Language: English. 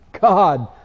God